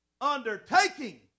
undertaking